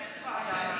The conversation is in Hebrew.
אז מתי אני אדבר?